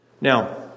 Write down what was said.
Now